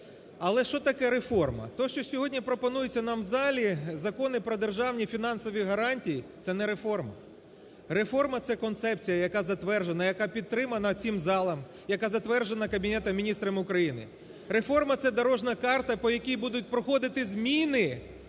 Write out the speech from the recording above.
Але що таке реформа? Те, що сьогодні пропонується нам в залі Закони про державні фінансові гарантії це не реформа. Реформа – це концепція, яка затверджена, яка підтримана цим залом, яка затверджена Кабінетом Міністрів України. Реформа – це дорожня карта, по якій будуть проходити зміни